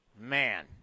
Man